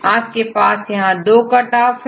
आपके पास यहां 2 कट ऑफ है